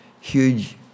huge